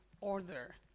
order